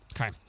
Okay